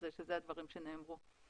שאלה הדברים שנאמרו.